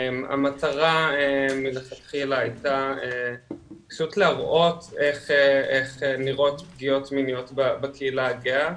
המטרה מלכתחילה הייתה פשוט להראות איך נראות פגיעות מיניות בקהילה הגאה,